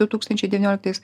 du tūkstančiai devynioliktais